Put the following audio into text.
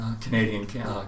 Canadian